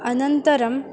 अनन्तरम्